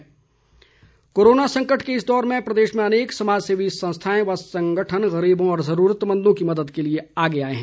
trust corona संकट के इस दौर में प्रदेश में अनेक समाजसेवी संस्थाएं व संगठन गरीबों और जरूरतमंदों की मद्द के लिए आगे आए हैं